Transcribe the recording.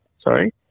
Sorry